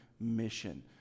mission